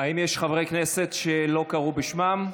האם יש חברי כנסת שלא קראו בשמם?